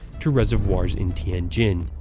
to reservoirs in tianjin.